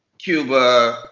cuba,